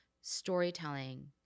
storytelling